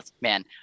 man